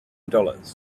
dollars